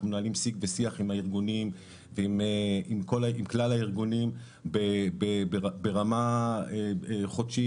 מנהלים שיג ושיח עם כלל הארגונים ברמה חודשית